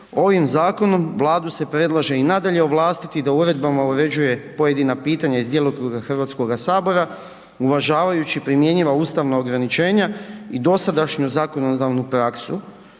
ovim zakonom, Vladu se predlaže i nadalje ovlastiti da uredbama uređuje pojedina pitanja iz djelokruga HS-a uvažavajući primjenjiva ustavna ograničenja i dosadašnju zakonodavnu praksu.